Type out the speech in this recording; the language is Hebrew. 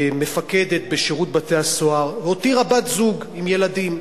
מפקדת בשירות בתי-הסוהר, והותירה בת-זוג עם ילדים.